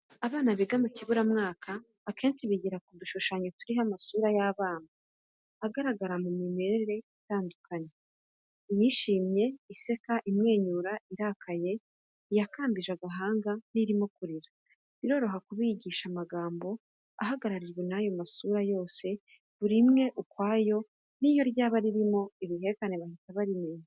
Abana b'ikiburamwaka akenshi bigira ku dushushanyo turiho amasura y'abana, agaragara mu mimerere itandukanye: iyishimye, iseka, imwenyura, irakaye, iyakambije agahanga n'irimo kurira, biroroha kubigisha amagambo ahagarariwe n'ayo masura yose buri imwe ukwayo, ni yo ryaba ririmo ibihekane bahita barimenya.